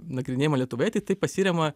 nagrinėjama lietuvoje tik tai pasiremiama